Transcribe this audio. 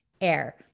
air